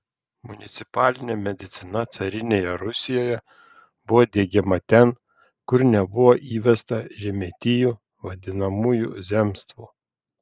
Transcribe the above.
municipalinė medicina carinėje rusijoje buvo diegiama ten kur nebuvo įvesta žemietijų vadinamųjų zemstvų